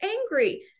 angry